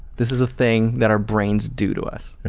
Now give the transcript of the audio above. this is a thing that our brain do to us.